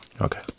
Okay